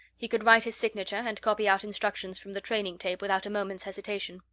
he could write his signature, and copy out instructions from the training tape, without a moment's hesitation.